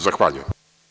Zahvaljujem.